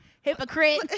hypocrite